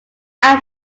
i’m